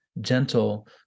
gentle